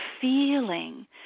feeling